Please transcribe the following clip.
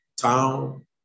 town